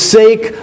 sake